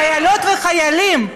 חיילות וחיילים,